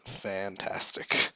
fantastic